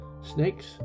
snakes